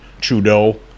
Trudeau